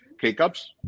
K-Cups